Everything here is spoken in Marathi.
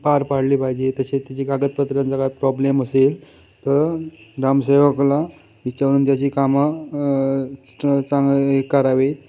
पार पाडली पाहिजे तसेच त्याचे कागदपत्रांचा काही प्रॉब्लेम असेल तर ग्रामसेवकला विचारून त्याची कामं च चांगली करावी